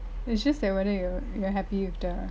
it's just that whether you you're happy with the